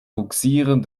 bugsieren